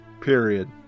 Period